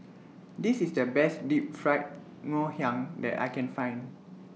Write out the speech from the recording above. This IS The Best Deep Fried Ngoh Hiang that I Can Find